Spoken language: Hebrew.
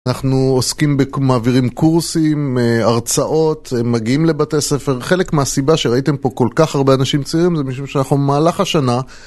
אנחנו עוסקים ב... מעבירים קורסים, הרצאות, מגיעים לבתי ספר. חלק מהסיבה שראיתם פה כל כך הרבה אנשים צעירים זה משום שאנחנו במהלך השנה...